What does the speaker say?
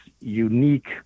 unique